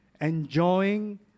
enjoying